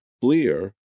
clear